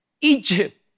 Egypt